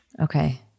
Okay